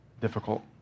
difficult